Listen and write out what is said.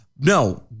no